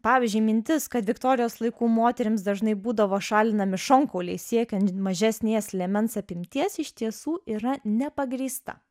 pavyzdžiui mintis kad viktorijos laikų moterims dažnai būdavo šalinami šonkauliai siekiant mažesnės liemens apimties iš tiesų yra nepagrįsta